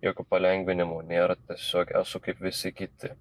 jokių palengvinimų nėra tiesiog esu kaip visi kiti